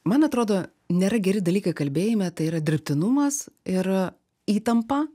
man atrodo nėra geri dalykai kalbėjime tai yra dirbtinumas ir įtampa